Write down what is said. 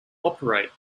operate